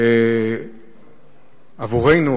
שעבורנו,